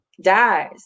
dies